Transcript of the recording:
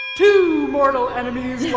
two mortal enemies